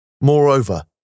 Moreover